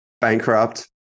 Bankrupt